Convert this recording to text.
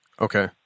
Okay